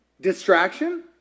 Distraction